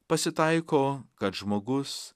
pasitaiko kad žmogus